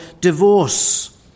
divorce